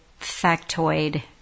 factoid